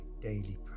daily